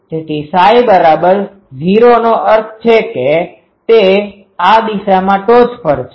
તેથી Ψ0નો અર્થ છે કે તે આ દિશામાં ટોચ પર છે